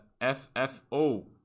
FFO